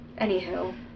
Anywho